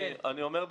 אני אומר לך בהתלבטות,